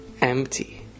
empty